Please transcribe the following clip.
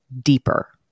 deeper